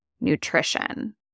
Nutrition